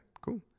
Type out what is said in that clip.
cool